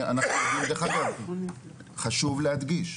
חשוב להדגיש,